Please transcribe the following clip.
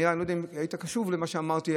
אני לא יודע אם היית קשוב למה שאמרתי.